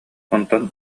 онтон